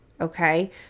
Okay